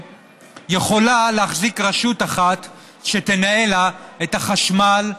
יכולה להחזיק רשות אחת שתנהל לה את החשמל,